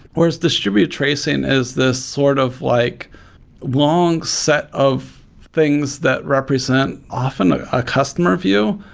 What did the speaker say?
whereas distributed tracing is this sort of like long set of things that represent, often, a ah customer view,